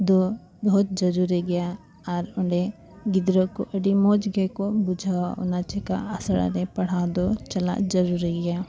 ᱫᱚ ᱵᱚᱦᱩᱛ ᱡᱟᱹᱨᱩᱨᱤ ᱜᱮᱭᱟ ᱟᱨ ᱚᱸᱰᱮ ᱜᱤᱫᱽᱨᱟᱹ ᱠᱚ ᱟᱹᱰᱤ ᱢᱚᱡᱽ ᱜᱮᱠᱚ ᱵᱩᱡᱷᱟᱹᱣᱟ ᱚᱱᱟ ᱪᱤᱠᱟᱹ ᱟᱥᱲᱟ ᱨᱮ ᱯᱟᱲᱦᱟᱣ ᱫᱚ ᱪᱟᱞᱟᱜ ᱡᱟᱹᱨᱩᱨᱤ ᱜᱮᱭᱟ